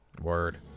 Word